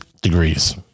degrees